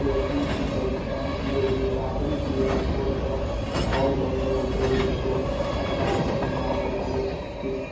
پے T M پر scan کئے ہوئے آخری کیو آر کوڈ پر اور دو سو روپیے بھیج دو اور ساتھ میں ریمارک ڈالو ٹپ